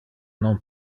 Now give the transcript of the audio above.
non